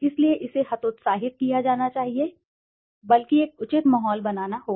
इसलिए इसे हतोत्साहित किया जाना चाहिए बल्कि एक उचित माहौल बनाना होगा